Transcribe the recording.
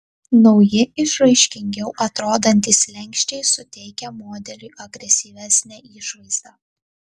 nauji išraiškingiau atrodantys slenksčiai suteikia modeliui agresyvesnę išvaizdą